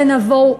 אלה יבואו,